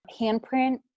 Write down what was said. Handprint